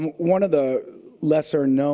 one of the lesser-known